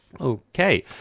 Okay